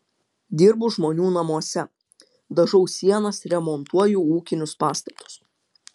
dirbu žmonių namuose dažau sienas remontuoju ūkinius pastatus